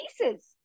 pieces